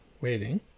Waiting